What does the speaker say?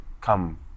come